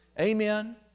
Amen